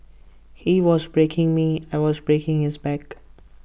he was breaking me I was breaking his back